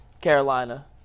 Carolina